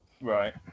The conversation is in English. Right